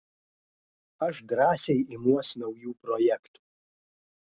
aš drąsiai imuos naujų projektų